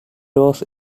was